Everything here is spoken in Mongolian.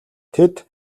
тэд